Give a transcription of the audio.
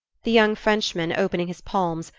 the young frenchman, opening his palms,